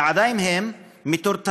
ועדיין הם מטורטרים